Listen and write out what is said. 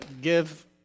give